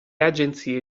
agenzie